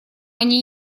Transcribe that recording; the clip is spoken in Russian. они